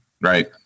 right